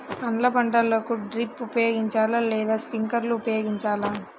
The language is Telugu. పండ్ల పంటలకు డ్రిప్ ఉపయోగించాలా లేదా స్ప్రింక్లర్ ఉపయోగించాలా?